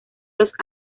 los